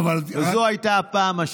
זו הייתה הפעם השנייה.